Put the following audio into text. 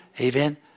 Amen